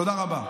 תודה רבה.